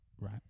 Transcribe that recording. right